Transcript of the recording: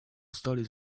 studies